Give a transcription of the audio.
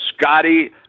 Scotty